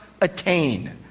attain